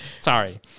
sorry